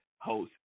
host